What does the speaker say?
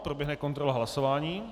Proběhne kontrola hlasování.